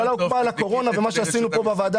הממשלה הוקמה על הקורנה ומה שעשינו פה בוועדה